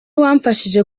wamfashije